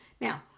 Now